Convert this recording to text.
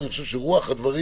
אבל אני חושב שרוח הדברים,